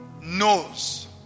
knows